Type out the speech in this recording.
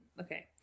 okay